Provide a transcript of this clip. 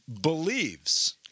believes